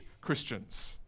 Christians